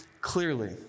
clearly